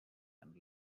and